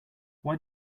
why